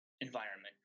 environment